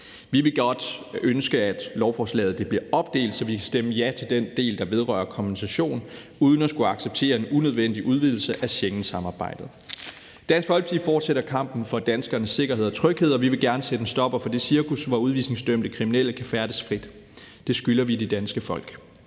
Vi vil ønske, at lovforslaget bliver delt, så vi kan stemme ja til den del, der vedrører kompensation, uden at skulle acceptere en unødvendig udvidelse af Schengensamarbejdet. Dansk Folkeparti fortsætter kampen for danskernes sikkerhed og tryghed, og vi vil gerne sætte en stopper for det cirkus, hvor udvisningsdømte kriminelle kan færdes frit. Det skylder vi det danske folk.